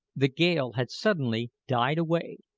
the gale had suddenly died away,